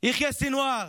יחיא סנוואר,